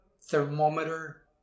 thermometer